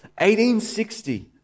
1860